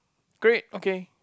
great okay